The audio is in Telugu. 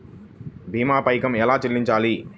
భీమా పైకం ఎలా చెల్లించాలి?